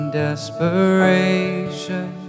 desperation